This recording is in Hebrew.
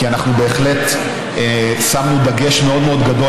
כי אנחנו בהחלט שמנו דגש מאוד מאוד גדול